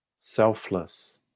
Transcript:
selfless